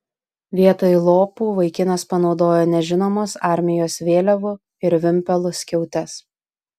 vietoj lopų vaikinas panaudojo nežinomos armijos vėliavų ir vimpelų skiautes